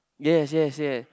yes yes yes